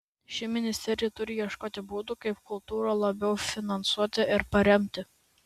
ši ministerija turi ieškoti būdų kaip kultūrą labiau finansuoti ir paremti